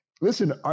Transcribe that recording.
Listen